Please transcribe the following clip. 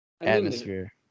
atmosphere